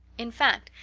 in fact,